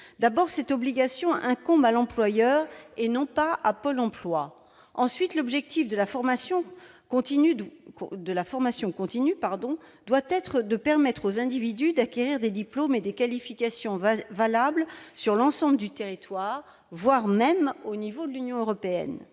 D'abord, cette obligation incombe à l'employeur et non à Pôle emploi. Ensuite, l'objectif de la formation continue doit être de permettre aux individus d'acquérir des diplômes et des qualifications valables sur l'ensemble du territoire, voire au niveau de l'Union européenne.